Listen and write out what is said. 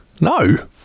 No